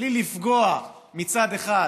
בלי לפגוע מצד אחד